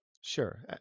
sure